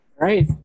right